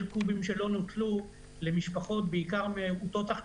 זכאות על מכסות שלא נוצלו לידי משפחות מעוטות יכולת